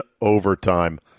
overtime